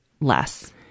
less